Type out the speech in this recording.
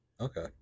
Okay